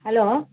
hello